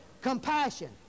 compassion